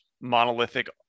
monolithic